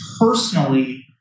personally